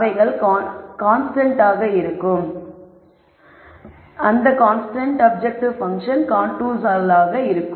அவைகள் constant objective function கான்டோர்ஸ்களாகும்